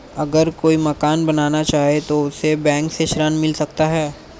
अगर कोई मकान बनाना चाहे तो उसे बैंक से ऋण मिल सकता है?